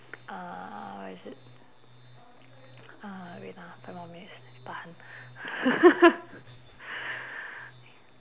uh what is it uh wait ah five more minutes tahan